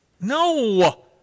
No